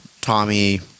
tommy